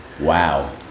Wow